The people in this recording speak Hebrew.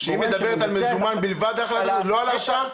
החלטת הממשלה מדברת על מזומן בלבד, לא על הרשאה?